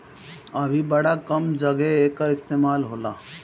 अभी बड़ा कम जघे एकर इस्तेमाल होला